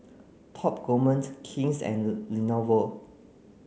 Top Gourmet King's and Lenovo